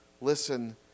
listen